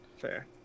Fair